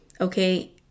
Okay